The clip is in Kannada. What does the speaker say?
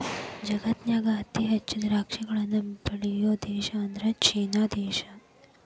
ಜಗತ್ತಿನ್ಯಾಗ ಅತಿ ಹೆಚ್ಚ್ ದ್ರಾಕ್ಷಿಹಣ್ಣನ್ನ ಬೆಳಿಯೋ ದೇಶ ಅಂದ್ರ ಚೇನಾ ದೇಶ